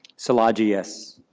szilagyi, yes.